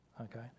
okay